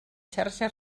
xarxa